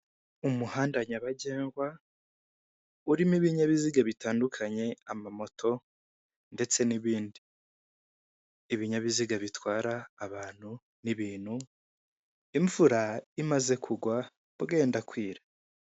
Umuhanda nyabagendwa urimo ibinyabiziga bitandukanye, amamoto ndetse n'ibindi. Ibinyabiziga bitwara abantu n'ibintu imvura imaze kugwa bwenda kwira.